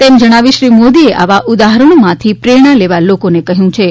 તેમ જણાવીને શ્રી મોદીએ આવા ઉદાહરણોમાંથી પ્રેરણા લેવા લોકોને કહ્યું હતું